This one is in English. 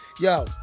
yo